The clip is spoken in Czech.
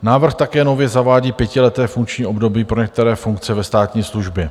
Návrh také nově zavádí pětileté funkční období pro některé funkce ve státní službě.